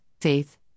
faith